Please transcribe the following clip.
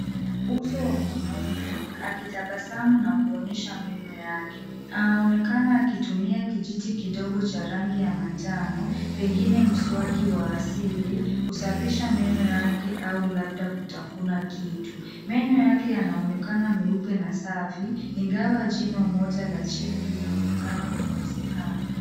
Uso wa mwanaume akitabasamu na kuonyesha meno yake. Anaonekana akitumia kijiti kidogo cha rangi ya manjano, pengine mswaki wa asili kusafisha meno yake au labda kutafuna kitu. Meno yake yanaonekana meupe na safi, ingawa jino moja la chini linaonekana kukosekana.